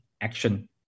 action